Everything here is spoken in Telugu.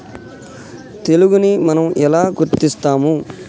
తెగులుని మనం ఎలా గుర్తిస్తాము?